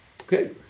Okay